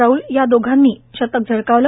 राहल या दोघांनी शतक झळकावलं